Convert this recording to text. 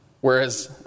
whereas